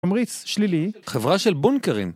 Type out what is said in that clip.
תמריץ שלילי. חברה של בונקרים